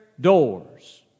doors